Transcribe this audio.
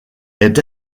est